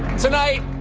tonight,